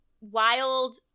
wild